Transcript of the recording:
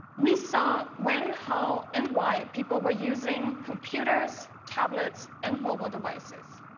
we saw when, how, and why people were using computers, tablets, and mobile devices.